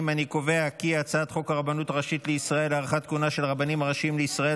חוק הרבנות הראשית לישראל (הארכת כהונה של הרבנים הראשיים לישראל